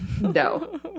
No